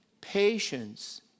patience